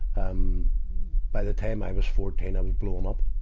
um by the time i was fourteen, i'm blown up,